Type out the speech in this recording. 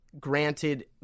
granted